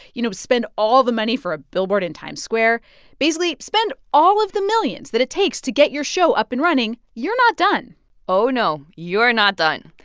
you know, to spend all the money for a billboard in times square basically spend all of the millions that it takes to get your show up and running, you're not done oh, no. you're not done.